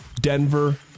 Denver